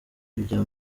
ibya